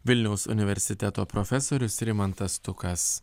vilniaus universiteto profesorius rimantas stukas